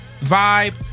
Vibe